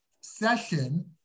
session